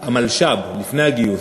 המלש"ב, לפני הגיוס.